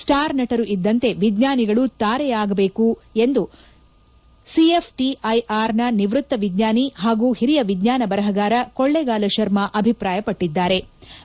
ಸ್ಲಾರ್ ನಟರು ಇದ್ದಂತೆ ವಿಜ್ಞಾನಿಗಳು ತಾರೆಯರಾಗಬೇಕಿದೆ ಎಂದು ಸಿಎಫ್ಟಆರೈನ ನಿವೃತ್ತ ವಿಜ್ಞಾನಿ ಹಾಗೂ ಹಿರಿಯ ವಿಜ್ಞಾನ ಬರಹಗಾರ ಕೊಳ್ಳೇಗಾಲ ಶರ್ಮ ಅಭಿಪ್ರಾಯಪಟ್ಲದ್ದಾರೆ